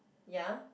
ya